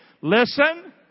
Listen